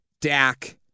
Dak